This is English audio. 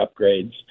upgrades